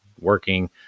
working